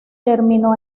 terminó